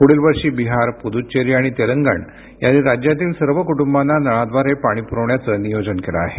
पुढील वर्षी बिहार पुदुच्चेरी आणि तेलंगण यांनी राज्यातील सर्व कुटुंबांना नळाद्वारे पाणी पुरविण्याचं नियोजन केलं आहे